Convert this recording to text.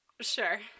Sure